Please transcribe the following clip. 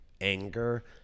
anger